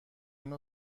نوع